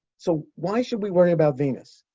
so why should we worry about venus?